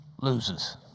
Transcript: loses